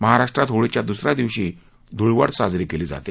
महाराष्ट्रात होळीच्या द्सऱ्या दिवशी धुळवड साजरी केली जाते